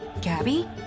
Gabby